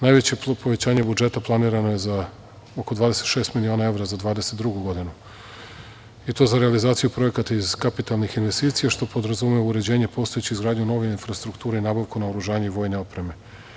Najveće povećanje budžeta planirano je oko 26 miliona evra za 2022. godinu i to za realizaciju projekata iz kapitalnih investicija, što podrazumeva uređenje postojeće izgradnje nove infrastrukture i nabavku naoružanja i vojne opreme.